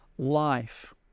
Life